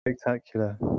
spectacular